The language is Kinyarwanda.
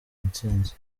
intsinzi